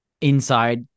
inside